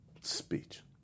Speech